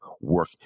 work